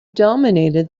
dominated